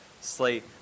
slate